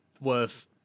worth